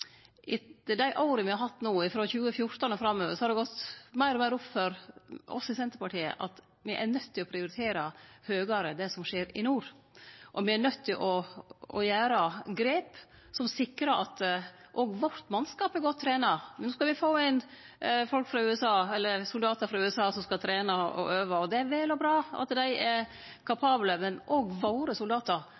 etter dei åra som har gått no, frå 2014 og framover, har det gått meir og meir opp for oss i Senterpartiet at me er nøydde til å prioritere høgare det som skjer i nord, og me er nøydde til å gjere grep som sikrar at òg vårt mannskap er godt trena. No skal me få inn soldatar frå USA som skal trene og øve, og det er vel og bra at dei er kapable, men òg våre soldatar